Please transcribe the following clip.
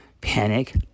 panic